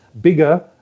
bigger